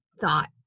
thought